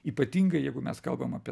ypatingai jeigu mes kalbam apie